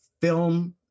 film